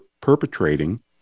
perpetrating